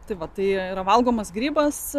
tai va tai yra valgomas grybas